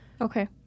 Okay